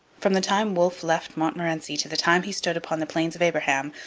from the time wolfe left montmorency to the time he stood upon the plains of abraham,